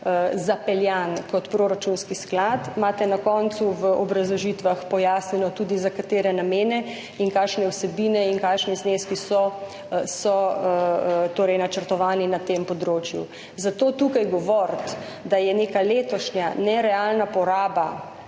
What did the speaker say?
zapeljan kot proračunski sklad. Na koncu imate v obrazložitvah pojasnjeno tudi, za katere namene in kakšne vsebine in kakšni zneski so načrtovani na tem področju. Zato tukaj govoriti, da je neka letošnja nerealna poraba